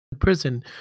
prison